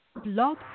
blog